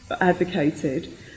advocated